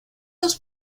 los